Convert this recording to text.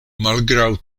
malgraŭ